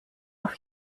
auf